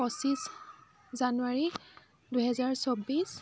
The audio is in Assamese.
পঁচিছ জানুৱাৰী দুহেজাৰ চৌব্বিছ